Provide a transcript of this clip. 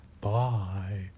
Bye